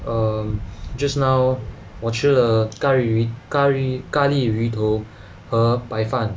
err just now 我吃了 curry 鱼 curry 咖哩鱼头和白饭